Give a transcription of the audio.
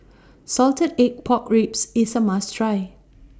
Salted Egg Pork Ribs IS A must Try